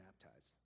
baptized